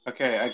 Okay